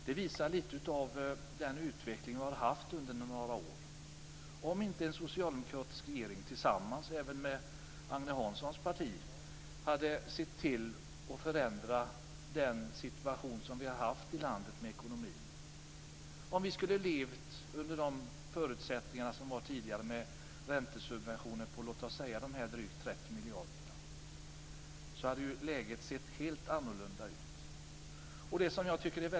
Det visar lite av den utveckling vi har haft under några år. Om inte en socialdemokratisk regering, tillsammans även med Agne Hanssons parti, hade sett till att förändra den situation vi har haft i landet vad gäller ekonomin - om vi hade levt under de förutsättningar som fanns tidigare med räntesubventioner på drygt 30 miljarder - hade läget sett helt annorlunda ut.